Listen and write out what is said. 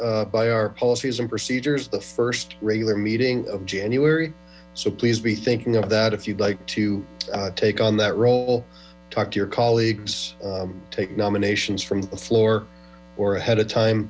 be by our policies and procedures first regular meeting of january so please be thinking of that if you'd like to take on that role talk to your colleagues take nominations from the floor or ahead of time